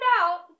out